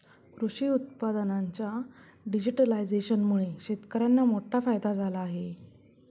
कृषी उत्पादनांच्या डिजिटलायझेशनमुळे शेतकर्यांना मोठा फायदा झाला आहे